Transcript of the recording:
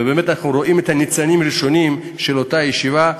ובאמת אנחנו רואים את הניצנים הראשונים של אותה ישיבה.